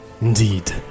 indeed